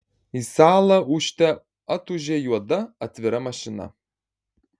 į salą ūžte atūžė juoda atvira mašina